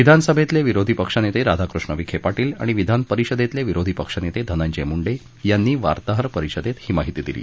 विधानसभेतले विरोधी पक्षनेते राधाकृष्ण विखे पाटील आणि विधान परिषदेतले विरोधी पक्षनेते धनंजय मुंडे यांनी वार्ताहर परिषदेत ही माहिती दिली